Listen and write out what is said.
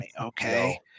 okay